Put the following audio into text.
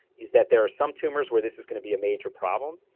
is that there are some tumours where this is going to be a major problem,